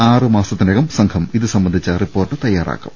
ആറ് മാസത്തിനകം സംഘം ഇത് സംബന്ധിച്ച റിപ്പോർട്ട് തയ്യാറാക്കും